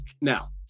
now